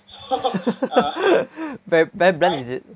ve~ very bland is it